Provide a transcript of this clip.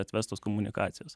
atvestos komunikacijos